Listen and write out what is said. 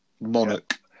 Monarch